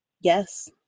Yes